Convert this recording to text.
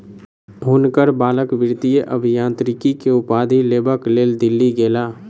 हुनकर बालक वित्तीय अभियांत्रिकी के उपाधि लेबक लेल दिल्ली गेला